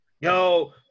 Yo